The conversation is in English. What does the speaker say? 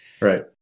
right